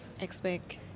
expect